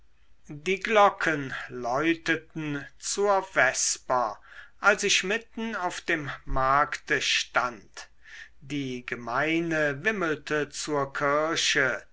die glocken läuteten zur vesper als ich mitten auf dem markte stand die gemeine wimmelte zur kirche